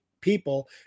people